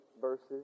verses